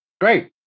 Great